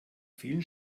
vielen